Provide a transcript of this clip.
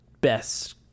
best